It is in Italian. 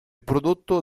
prodotto